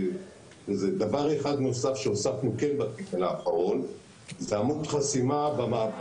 דבר אחד נוסף שהוספנו כן בתקן האחרון זה עמוד חסימה במעבר